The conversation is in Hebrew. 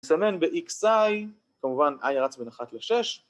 נסמן ב-XI, כמובן I רץ בין 1 ל-6